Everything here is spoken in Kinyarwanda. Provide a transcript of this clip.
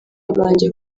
banjye